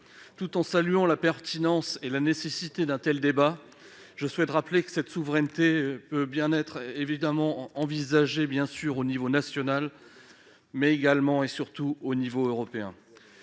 Tout en saluant la pertinence et la nécessité d'un tel débat, je souhaite rappeler que cette souveraineté peut bien être envisagée au niveau national mais également, et surtout, au niveau européen.